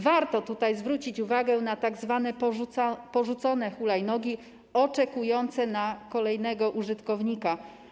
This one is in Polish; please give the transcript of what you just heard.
Warto tutaj zwrócić uwagę na tzw. porzucone hulajnogi oczekujące na kolejnego użytkownika.